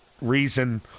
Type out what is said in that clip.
reason